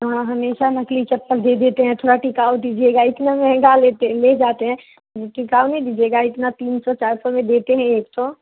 हाँ हमेशा नकली चप्पल दे देते हैं थोड़ा टिकाऊ दीजिएगा इतना महंगा लेते ले जाते हैं टिकाऊ नहीं दीजिएगा इतना तीन सौ चार सौ में देते हैं एक ठो